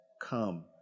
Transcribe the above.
come